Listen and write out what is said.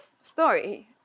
story